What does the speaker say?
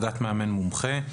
דרגת מאמן מומחה,